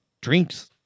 drinks